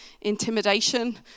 intimidation